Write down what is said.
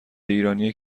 ایرانی